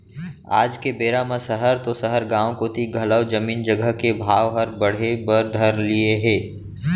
आज के बेरा म सहर तो सहर गॉंव कोती घलौ जमीन जघा के भाव हर बढ़े बर धर लिये हे